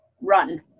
run